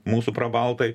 mūsų prabaltai